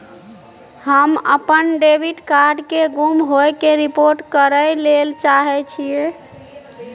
हम अपन debit card के गुम होय के रिपोर्ट करय ले चाहय छियै